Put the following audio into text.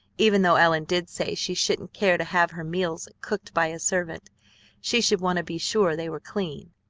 even though ellen did say she shouldn't care to have her meals cooked by a servant she should want to be sure they were clean.